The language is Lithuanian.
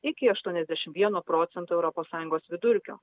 iki aštuoniasdešimt vieno procento europos sąjungos vidurkio